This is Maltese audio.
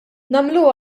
nagħmluha